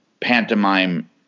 pantomime